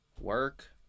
work